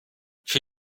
für